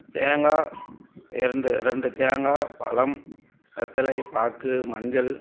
தேங்காய் இரண்டு ரெண்டு தேங்காய் பழம் வெற்றிலை பாக்கு மஞ்சள்